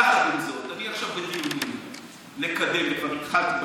יחד עם זאת, אני עכשיו בדיונים לקדם את הנושא,